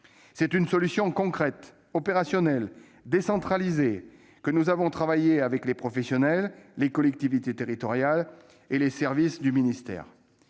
C'est une solution concrète, opérationnelle et décentralisée, que nous avons travaillée avec les professionnels, les collectivités territoriales et les services du ministère.